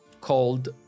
called